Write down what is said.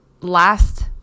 last